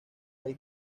hay